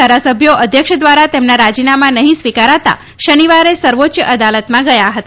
ધારાસભ્ય અધ્યક્ષ દ્વારા તેમના રાજીનામા નહીં સ્વીકારાતા શનિવારે સર્વોચ્ય અદાલતમાં ગયા હતા